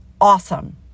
awesome